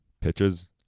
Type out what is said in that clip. pitches